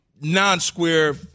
non-square